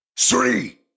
three